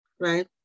right